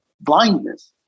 blindness